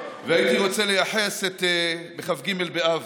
בכ"ג באב,